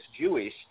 Jewish